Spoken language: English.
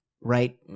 Right